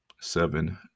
seven